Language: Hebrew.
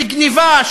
של גנבה,